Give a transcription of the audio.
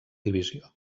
divisió